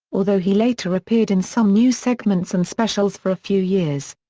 although he later appeared in some new segments and specials for a few years.